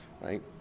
right